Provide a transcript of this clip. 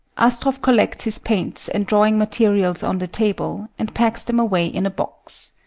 astroff collects his paints and drawing materials on the table and packs them away in a box.